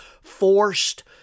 forced